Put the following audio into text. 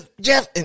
Jeff